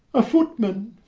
a footman.